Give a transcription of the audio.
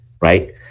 Right